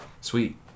Sweet